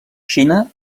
xina